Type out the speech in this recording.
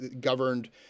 governed